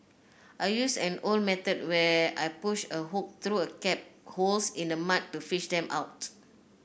I use an old method where I push a hook through crab holes in the mud to fish them out